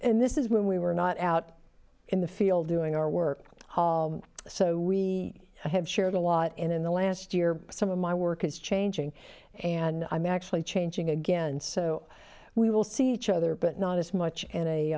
and this is when we were not out in the field doing our work so we have shared a lot in the last year some of my work is changing and i'm actually changing again so we will see each other but not as much